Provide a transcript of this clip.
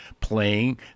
playing